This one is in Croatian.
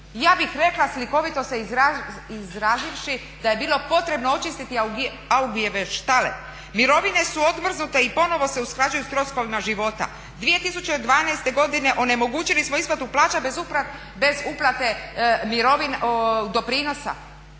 ja bih rekla, slikovito se izrazivši da je bilo potrebno očistiti …/Govornica se ne razumije./… štale. Mirovine su odmrznute i ponovo se usklađuju sa troškovima života. 2012. onemogućili smo isplatu plaća bez uplate doprinosa.